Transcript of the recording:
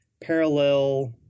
parallel